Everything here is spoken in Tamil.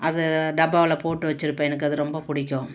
அது டப்பாவில் போட்டு வச்சிருப்பேன் எனக்கு அது ரொம்ப பிடிக்கும்